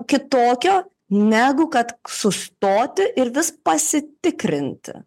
kitokio negu kad sustoti ir vis pasitikrinti